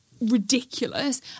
ridiculous